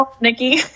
Nikki